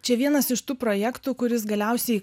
čia vienas iš tų projektų kuris galiausiai